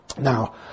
Now